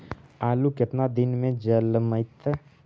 आलू केतना दिन में जलमतइ?